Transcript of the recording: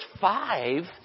five